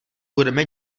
budeme